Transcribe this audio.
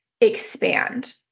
expand